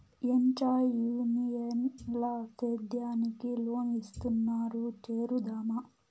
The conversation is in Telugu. ఏంచా యూనియన్ ల సేద్యానికి లోన్ ఇస్తున్నారు చేరుదామా